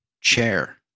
chair